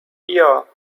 dir